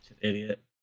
Idiot